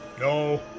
No